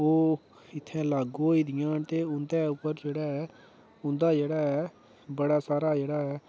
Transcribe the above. ओह् इत्थै लागू होई दियां न ते उं'दे उप्पर जेह्ड़ा ऐ उन्दा जेह्ड़ा ऐ बड़ा सारा जेह्ड़ा ऐ